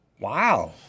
Wow